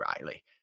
Riley